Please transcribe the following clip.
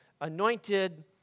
anointed